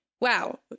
Wow